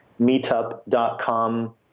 meetup.com